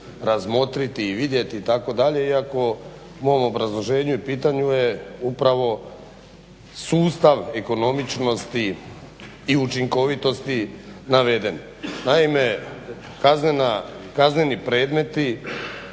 razmotriti i vidjeti itd., iako u mom obrazloženju i pitanju je upravo sustav ekonomičnosti i učinkovitosti naveden. Naime, kazneni predmeti